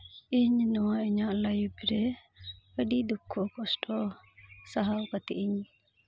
ᱤᱧ ᱱᱚᱣᱟ ᱤᱧᱟᱹᱜ ᱞᱟᱭᱤᱯᱷ ᱨᱮ ᱟᱹᱰᱤ ᱫᱩᱠᱠᱷᱚ ᱠᱚᱥᱴᱚ ᱥᱟᱦᱟᱣ ᱠᱟᱛᱮᱫ ᱤᱧ